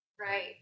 Right